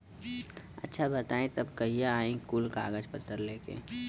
अच्छा बताई तब कहिया आई कुल कागज पतर लेके?